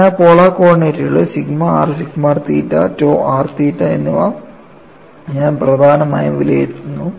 അതിനാൽ പോളാർ കോർഡിനേറ്റുകളിൽ sigma r sigma theta tau r theta എന്നിവ ഞാൻ പ്രധാനമായും വിലയിരുത്തുന്നു